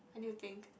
what do you think